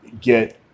get